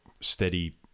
steady